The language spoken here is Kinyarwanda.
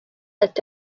ati